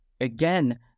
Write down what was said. again